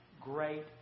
great